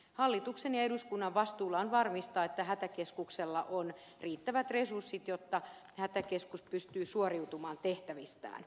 hallituksen ja eduskunnan vastuulla on varmistaa että hätäkeskuksella on riittävät resurssit jotta hätäkeskus pystyy suoriutumaan tehtävistään